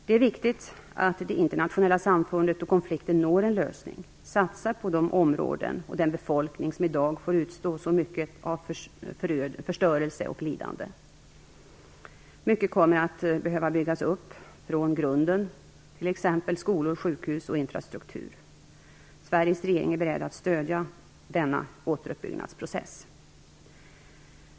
Det är viktigt att det internationella samfundet, då konflikten når en lösning, satsar på de områden och den befolkning som i dag får utstå så mycket av förstörelse och lidanden. Mycket kommer att behöva byggas upp från grunden - t.ex. skolor, sjukhus och infrastruktur. Sveriges regering är beredd att stödja denna återuppbyggnadsprocess.